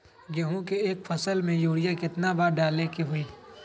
गेंहू के एक फसल में यूरिया केतना बार डाले के होई?